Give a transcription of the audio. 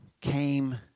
came